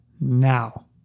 now